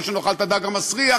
או שנאכל את הדג המסריח.